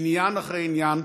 עניין אחרי עניין,